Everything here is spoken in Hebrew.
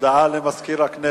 הודעה למזכיר הכנסת.